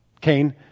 Cain